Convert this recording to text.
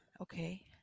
okay